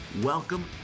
Welcome